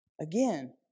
Again